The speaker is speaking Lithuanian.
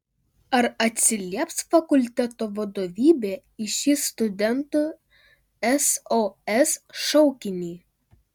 ar atsilieps fakulteto vadovybė į šį studentų sos šaukinį